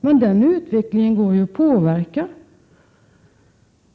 Men denna utveckling går ju att påverka.